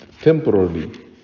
temporarily